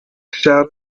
shadow